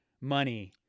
money